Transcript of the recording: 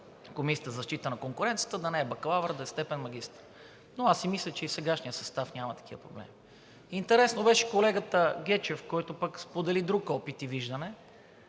Комисията за защита на конкуренцията да не е бакалавър, да е степен магистър. Но аз си мисля, че и сегашният състав няма такива проблеми. Интересно беше колегата Гечев, който пък сподели друг опит и виждане,